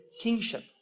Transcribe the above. kingship